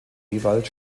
ewald